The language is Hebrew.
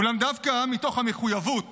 אולם דווקא מתוך המחויבות